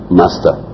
master